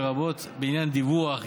לרבות בעניין דיווח,